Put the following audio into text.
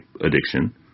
addiction